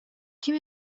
ким